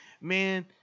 Man